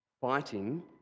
fighting